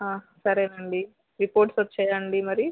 సరేనండి రిపోర్ట్స్ వచ్చాయా అండి మరి